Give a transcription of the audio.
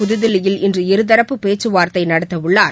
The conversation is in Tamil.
புதுதில்லியில்இன்று இருதரப்பு பேச்சுவார்த்தை நடத்தவுள்ளார்